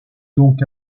donc